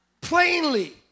Plainly